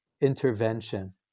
intervention